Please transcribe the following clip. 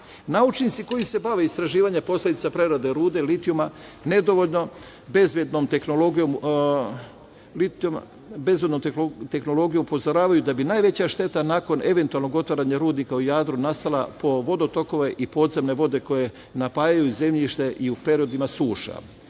ljudi. Naučnici koji se bave istraživanjem posledica prerade rude litijuma bezbednom tehnologijom upozoravaju da bi najveća šteta nakon eventualnog otvaranja rudnika u Jadru nastala po vodotokove i podzemne vode koje napajaju zemljište i u periodima suša.